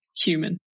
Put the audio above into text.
human